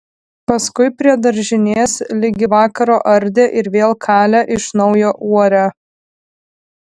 paskui prie daržinės ligi vakaro ardė ir vėl kalė iš naujo uorę